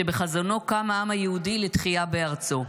שבחזונו קם העם היהודי לתחייה בארצו,